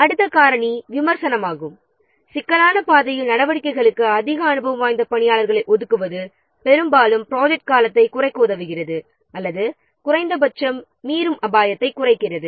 அடுத்த காரணி விமர்சனமாகும் சிக்கலான பாதையில் நடவடிக்கைகளுக்கு அதிக அனுபவம் வாய்ந்த பணியாளர்களை ஒதுக்குவது பெரும்பாலும் ப்ராஜெக்ட் காலத்தை குறைக்க உதவுகிறது அல்லது குறைந்தபட்சம் மீறும் அபாயத்தை குறைக்கிறது